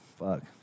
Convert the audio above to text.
Fuck